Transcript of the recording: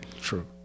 True